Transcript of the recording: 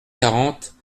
quarante